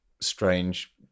strange